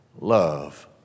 love